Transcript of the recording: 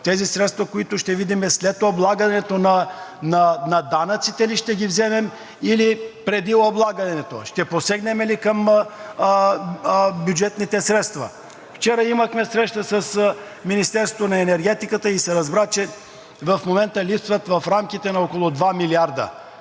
Тези средства, които ще видим, след облагането на данъците ли ще ги вземем, или преди облагането? Ще посегнем ли към бюджетните средства? Вчера имахме среща с Министерството на енергетиката и се разбра, че в момента липсват в рамките на около 2 милиарда.